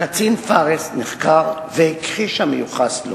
הקצין פארס נחקר והכחיש את המיוחס לו.